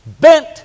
bent